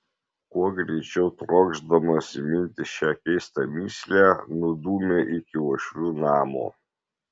kuo greičiau trokšdamas įminti šią keistą mįslę nudūmė iki uošvių namo